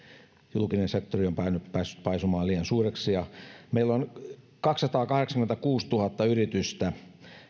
julkinen sektori on päässyt paisumaan liian suureksi meillä on kaksisataakahdeksankymmentäkuusituhatta yritystä